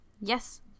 yes